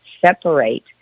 separate